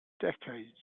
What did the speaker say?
decades